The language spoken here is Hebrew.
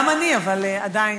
גם אני, אבל עדיין.